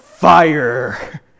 fire